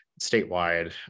statewide